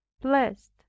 blessed